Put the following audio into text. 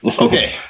Okay